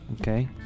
Okay